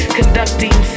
conducting